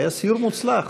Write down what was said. היה סיור מוצלח.